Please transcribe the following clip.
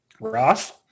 Ross